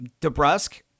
DeBrusque